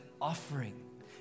offering